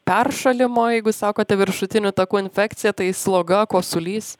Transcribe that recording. peršalimo jeigu sakote viršutinių takų infekcija tai sloga kosulys